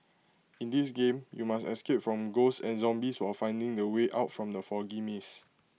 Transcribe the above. in this game you must escape from ghosts and zombies while finding the way out from the foggy maze